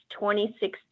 2016